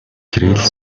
кирилл